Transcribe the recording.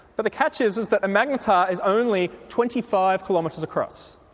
but the catch is is that a magnetar is only twenty five kilometres across.